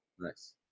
Nice